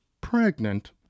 pregnant